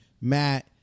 Matt